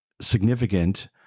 significant